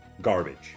garbage